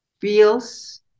feels